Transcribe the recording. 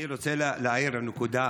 הסמכות שלך כמחוקק,